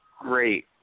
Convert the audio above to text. great